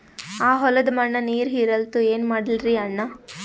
ಆ ಹೊಲದ ಮಣ್ಣ ನೀರ್ ಹೀರಲ್ತು, ಏನ ಮಾಡಲಿರಿ ಅಣ್ಣಾ?